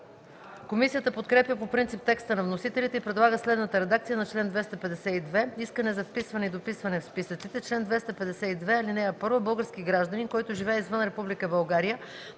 Комисията подкрепя по принцип текста на вносителите и предлага следната редакция на чл. 252: „Искане за вписване и дописване в списъците Чл. 252. (1) Български гражданин, който живее извън Република